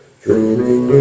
dreaming